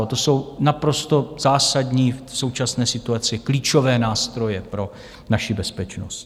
A to jsou naprosto zásadní, v současné situaci klíčové nástroje pro naši bezpečnost.